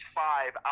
five